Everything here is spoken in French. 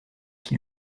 qui